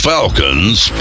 Falcons